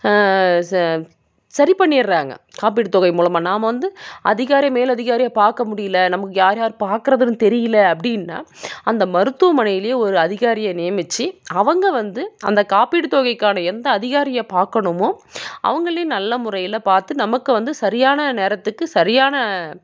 ச சரி பண்ணிடுறாங்க காப்பீடு தொகை மூலமாக நாம் வந்து அதிகாரி மேல் அதிகாரியை பார்க்க முடியல நமக்கு யார் யார் பார்க்கறதுனு தெரியல அப்படின்னா அந்த மருத்துவமனைலேயே ஒரு அதிகாரியை நியமிச்சு அவங்க வந்து அந்த காப்பீடு தொகைக்கான எந்த அதிகாரியை பார்க்கணுமோ அவங்களையும் நல்ல முறையில் பார்த்து நமக்கு வந்து சரியான நேரத்துக்கு சரியான